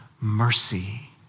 mercy